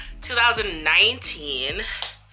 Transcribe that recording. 2019